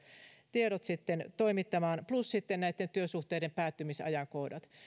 tiedot sitten toimittamaan plus sitten näitten työsuhteiden päättymisajankohdat